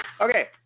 Okay